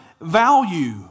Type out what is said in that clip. value